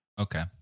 Okay